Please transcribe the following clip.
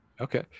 Okay